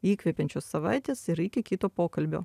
įkvepiančios savaitės ir iki kito pokalbio